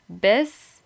bis